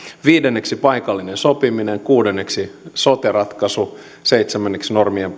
viidenneksi on paikallinen sopiminen kuudenneksi sote ratkaisu seitsemänneksi normien